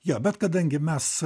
jo bet kadangi mes